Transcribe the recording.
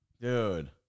Dude